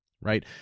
right